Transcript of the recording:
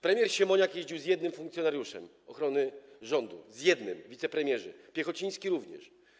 Premier Siemoniak jeździł z jednym funkcjonariuszem ochrony rządu - z jednym, wicepremierzy, Piechociński również.